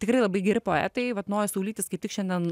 tikrai labai geri poetai vat nojus saulytis kaip tik šiandien